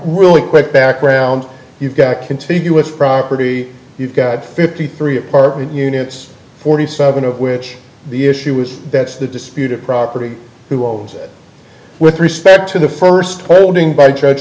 really quick background you've got contiguous property you've got fifty three apartment units forty seven of which the issue was that's the disputed property who owns it with respect to the first holding by